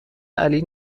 علی